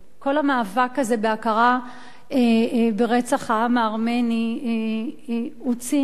כל המאבק הזה בהכרה ברצח העם הארמני הוא ציני,